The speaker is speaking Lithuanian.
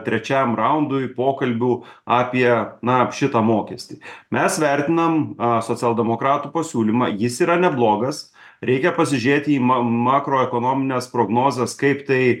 trečiam raundui pokalbių apie na šitą mokestį mes vertinam a socialdemokratų pasiūlymą jis yra neblogas reikia pasižėt į ma makroekonomines prognozes kaip tai